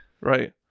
right